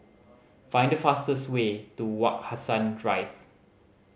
find the fastest way to Wak Hassan Drive